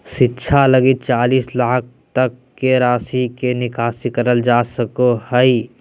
शिक्षा लगी चालीस लाख तक के राशि के निकासी करल जा सको हइ